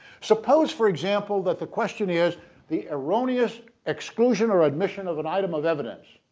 suppose for example that the question is the erroneous exclusion or admission of an item of evidence.